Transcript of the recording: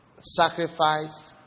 sacrifice